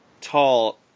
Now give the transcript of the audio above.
tall